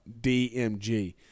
DMG